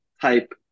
Type